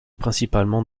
principalement